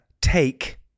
take